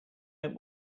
let